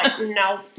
no